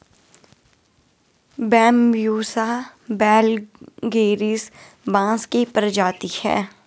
Bambusa vulgaris बाँस की प्रजाति है